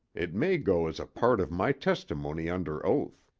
it may go as a part of my testimony under oath.